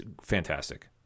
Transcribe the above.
fantastic